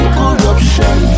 corruption